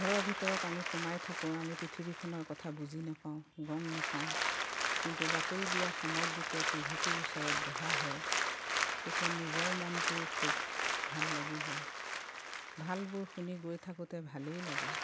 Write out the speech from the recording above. ঘৰৰ ভিতৰত আমি সোমাই থাকোঁ আমি পৃথিৱীখনৰ কথা বুজি নেপাওঁ গম নেপাওঁ কিন্তু বাতৰি দিয়াৰ সময়ত যেতিয়া টিভিটোৰ ওচৰত বহা হয় তেতিয়া নিজৰ মনটোৱেই খুব ভাল লাগি যায় ভালবোৰ শুনি গৈ থাকোঁতে ভালেই লাগে